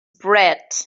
bread